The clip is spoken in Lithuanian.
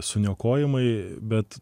suniokojimai bet